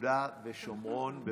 יהודה ושומרון.